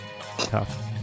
Tough